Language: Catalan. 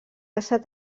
estat